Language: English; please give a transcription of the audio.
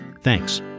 Thanks